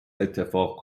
اتفاق